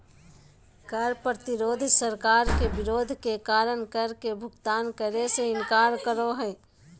कर प्रतिरोध सरकार के विरोध के कारण कर के भुगतान करे से इनकार करो हइ